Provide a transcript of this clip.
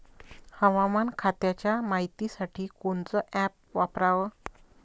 हवामान खात्याच्या मायतीसाठी कोनचं ॲप वापराव?